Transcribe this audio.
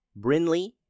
Brinley